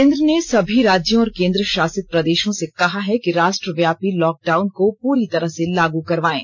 केन्द्र ने सभी राज्यों और केन्द्र शासित प्रदेशों से कहा है कि राष्ट्रव्यापी लॉकडाउन का पूरी तरह से लागू करवाएं